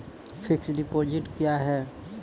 Fixed deposit क्या हैं?